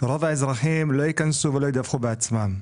רוב האזרחים לא יכנסו ולא ידווחו בעצמם,